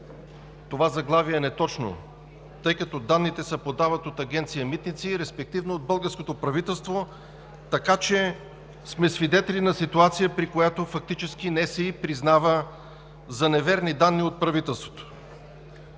Това заглавие е неточно, тъй като данните се подават от Агенция „Митници“ и респективно от българското правителство, така че сме свидетели на ситуация, при която Националният статистически институт фактически признава за неверни данни от правителството.